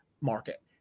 market